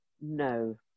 no